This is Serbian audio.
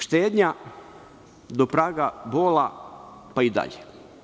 Štednja do praga bola, pa i dalje.